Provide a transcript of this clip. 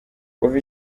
kuva